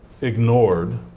ignored